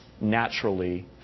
naturally